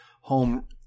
home